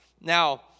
Now